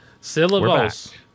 Syllables